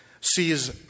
sees